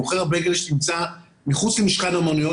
מוכר הבייגלה שנמצא מחוץ למשכן האמנויות,